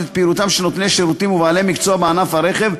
את פעילותם של נותני שירותים ובעלי מקצוע בענף הרכב,